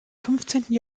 fünfzehnten